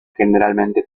generalmente